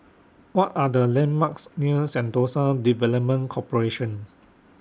What Are The landmarks near Sentosa Development Corporation